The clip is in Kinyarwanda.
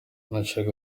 nushaka